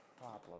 problem